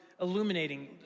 illuminating